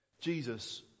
Jesus